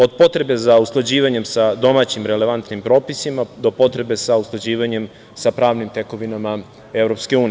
Od potreba za usklađivanjem sa domaćim relevantnim propisima do potreba sa usklađivanjem sa pravnim tekovinama EU.